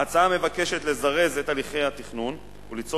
ההצעה מבקשת לזרז את הליכי התכנון וליצור